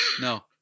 No